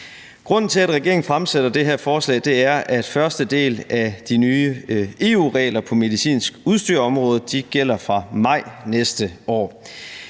Grunden til, at regeringen fremsætter det her forslag, er, at første del af de nye EU-regler på området for medicinsk udstyr gælder fra maj næste år.